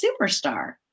superstar